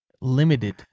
limited